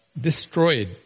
destroyed